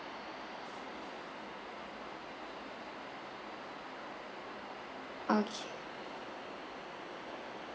okay